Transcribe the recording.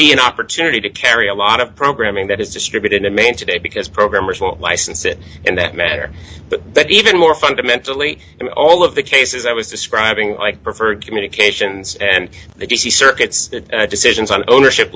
be an opportunity to carry a lot of programming that is distributed in maine today because programmers will license it in that matter but even more fundamentally all of the cases i was describing i preferred communications and the d c circuits decisions on ownership